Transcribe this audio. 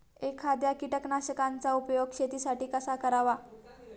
एखाद्या कीटकनाशकांचा उपयोग शेतीसाठी कसा करावा?